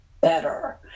better